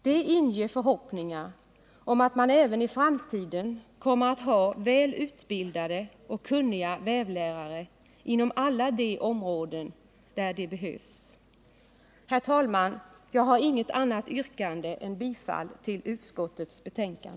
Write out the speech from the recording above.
Det inger förhoppningar om att man även i framtiden kommer att ha väl utbildade och kunniga vävlärare inom alla de områden där de behövs. Herr talman! Jag har inget annat yrkande än bifall till utskottets hemställan.